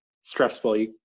stressful